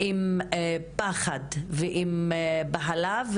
עם פחד ועם בהלה,